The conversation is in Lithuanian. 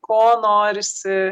ko norisi